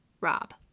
rob